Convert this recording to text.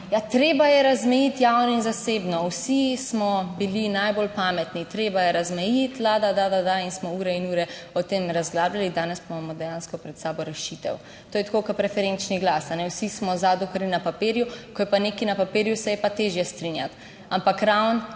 treba je razmejiti javno in zasebno, vsi smo bili najbolj pametni, treba je razmejiti, la-da-da-da-da, in smo ure in ure o tem razglabljali, danes pa imamo dejansko pred sabo rešitev. To je tako kot preferenčni glas - vsi smo zato, dokler je na papirju, ko je pa nekaj na papirju, se je pa težje strinjati. Ampak ravno